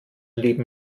leben